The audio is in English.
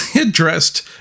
addressed